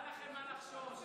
אל לכם לחשוש.